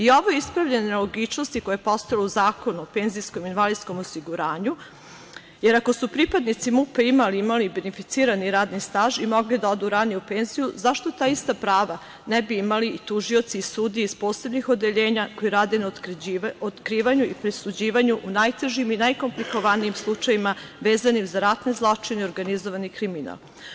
Ovo ispravlja nelogičnost koja je postojala u Zakonu o penzijskom i invalidskom osiguranju, jer ako su pripadnici MUP imali i imaju beneficirani radni staž i mogli da odu ranije u penziju, zašto ta ista prava ne bi imali i tužioci, sudije iz posebnih odeljenja koji rade na otkrivanju i presuđivanju u najtežim i najkomplikovanijim slučajevima vezanim za ratne zločine i organizovani kriminal.